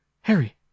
Harry